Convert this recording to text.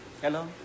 Hello